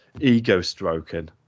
ego-stroking